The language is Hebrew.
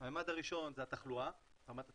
הממד הראשון הוא רמת התחלואה,